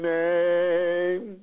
name